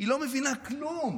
היא לא מבינה כלום.